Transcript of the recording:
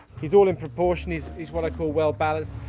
he's all in proportion, he's he's what i call well balanced.